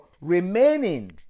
remaining